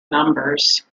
numbers